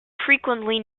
frequently